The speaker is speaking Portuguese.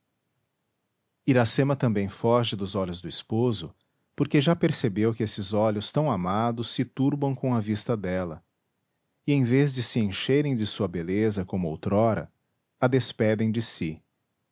iracema também foge dos olhos do esposo porque já percebeu que esses olhos tão amados se turbam com a vista dela e em vez de se encherem de sua beleza como outrora a despedem de si